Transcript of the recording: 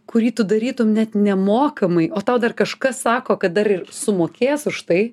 kurį tu darytum net nemokamai o tau dar kažkas sako kad dar ir sumokės už tai